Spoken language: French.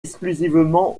exclusivement